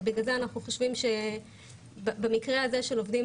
ובגלל זה אנחנו חושבים שבמקרה הזה של עובדי